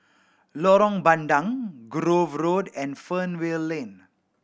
Lorong Bandang Grove Road and Fernvale Lane